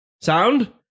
Sound